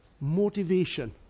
Motivation